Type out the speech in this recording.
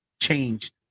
changed